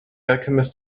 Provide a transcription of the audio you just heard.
alchemist